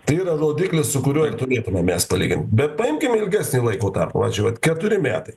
tai yra rodiklis su kuriuo ir turėtume mes palygint bet paimkim ilgesnį laiko tarpą pavyzdžiui vat keturi metai